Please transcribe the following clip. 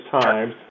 times